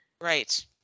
Right